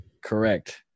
Correct